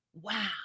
wow